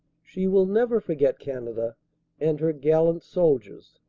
she will never forget canada and her gallant soldiers.